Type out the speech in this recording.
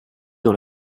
dans